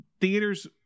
theaters